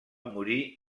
morir